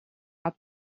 apt